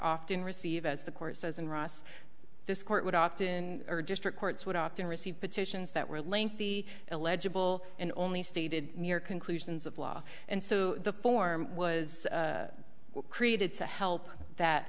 often receive as the court says and ross this court would often or district courts would often receive petitions that were lengthy illegible and only stated near conclusions of law and so the form was created to help that